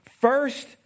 first